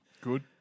Good